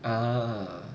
uh